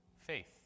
faith